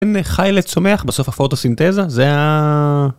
בין חי לצומח בסוף הפוטוסינתזה, זה ה...